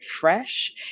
fresh